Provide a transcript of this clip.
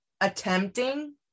attempting